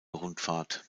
rundfahrt